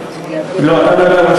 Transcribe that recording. גם לאנשים